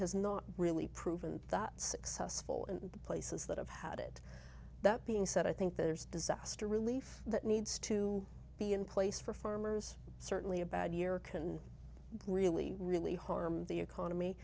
has not really proven that successful in the places that have had it that being said i think there's disaster relief that needs to be in place for farmers certainly a bad year can really really harm the economy